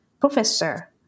professor